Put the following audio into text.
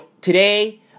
Today